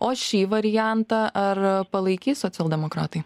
o šį variantą ar palaikys socialdemokratai